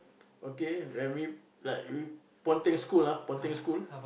okay and we like we ponteng school ah ponteng school